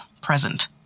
present